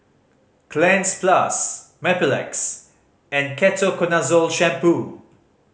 Cleanz Plus Mepilex and Ketoconazole Shampoo